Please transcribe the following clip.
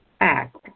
act